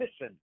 listen